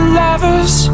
lovers